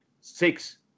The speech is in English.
six